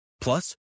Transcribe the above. Plus